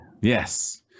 yes